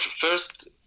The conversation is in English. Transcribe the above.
first